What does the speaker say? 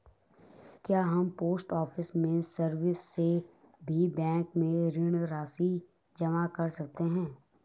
क्या हम post office की सर्विस से भी बैंक में ऋण राशि जमा कर सकते हैं?